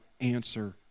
answer